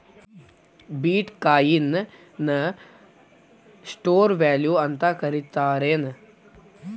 ಬಿಟ್ coin ನ store value ಅಂತ ಕರಿತಾರೆನ್